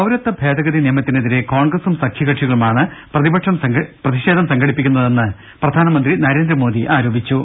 പൌരത്വ ഭേദഗതി നിയമത്തിനെതിരെ കോൺഗ്രസും സഖ്യകക്ഷി കളുമാണ് പ്രതിഷേധം സംഘടിപ്പിക്കുന്നതെന്ന് പ്രധാനമന്ത്രി നരേന്ദ്രമോദി ആരോപിച്ചു